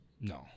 No